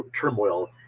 turmoil